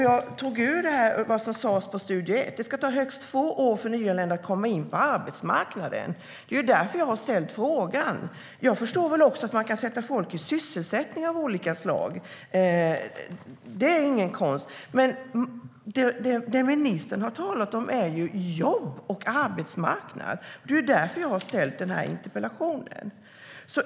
Jag kontrollerade vad som sas i Studio E tt . Där sas att det ska ta högst två år för nyanlända att komma in på arbetsmarknaden. Jag förstår väl att man kan ha folk i sysselsättning av olika slag, det är ingen konst, men det ministern har talat om är jobb och arbetsmarknad. Det är därför jag har ställt interpellationen.